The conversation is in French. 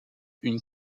une